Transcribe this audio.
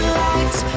lights